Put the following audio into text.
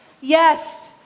Yes